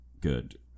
good